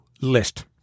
list